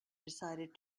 decided